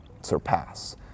surpass